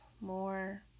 more